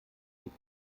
geht